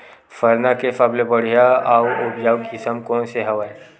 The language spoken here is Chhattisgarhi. सरना के सबले बढ़िया आऊ उपजाऊ किसम कोन से हवय?